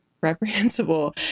reprehensible